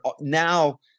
Now